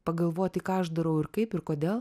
pagalvoti ką aš darau ir kaip ir kodėl